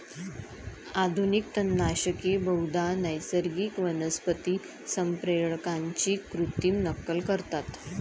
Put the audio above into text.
आधुनिक तणनाशके बहुधा नैसर्गिक वनस्पती संप्रेरकांची कृत्रिम नक्कल करतात